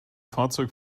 fahrzeug